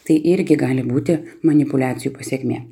tai irgi gali būti manipuliacijų pasekmė